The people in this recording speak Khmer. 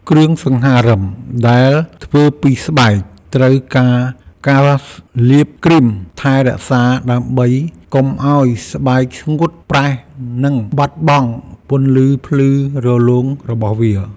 គ្រឿងសង្ហារឹមដែលធ្វើពីស្បែក ត្រូវការការលាបគ្រីមថែរក្សាដើម្បីកុំឱ្យស្បែកស្ងួតប្រេះ និងបាត់បង់ពន្លឺភ្លឺរលោងរបស់វា។